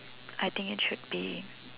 I think it should be